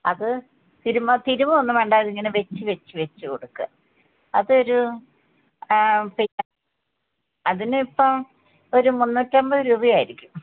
അത് തിരുമ്മ തിരുമുകയൊന്നും വേണ്ട അതിങ്ങനെ വെച്ച് വെച്ച് വെച്ച് കൊടുക്കുക അതൊരു പിന്നെ അതിനിപ്പം ഒരു മുന്നൂറ്റമ്പത് രൂപയായിരിക്കും